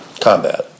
Combat